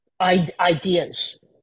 ideas